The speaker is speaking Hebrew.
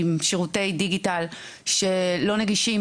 שירותי דיגיטל שלא נגישים,